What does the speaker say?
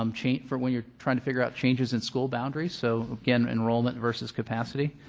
um change for when you're trying to figure out changes in school boundaries, so again enrollment versus capacity.